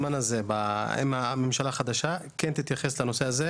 עם אשרות כניסה --- כל עוד זה התאפשר,